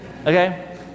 Okay